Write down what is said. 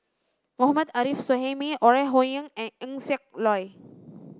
Mohammad Arif Suhaimi Ore Huiying and Eng Siak Loy